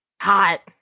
hot